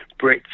Brits